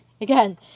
again